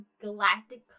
galactic